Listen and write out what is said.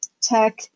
tech